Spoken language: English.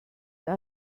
but